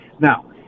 Now